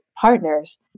partners